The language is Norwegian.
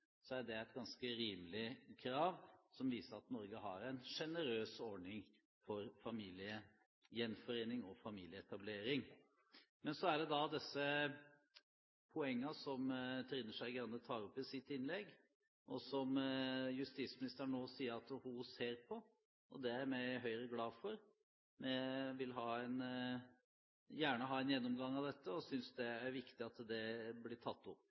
er det et ganske rimelig krav, som viser at Norge har en sjenerøs ordning for familiegjenforening og familieetablering. Så er det disse poengene som representanten Trine Skei Grande tar opp i sitt innlegg, og som justisministeren nå sier at hun ser på. Det er vi i Høyre glade for. Vi vil gjerne ha en gjennomgang av dette og synes det er viktig at det blir tatt opp.